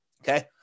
Okay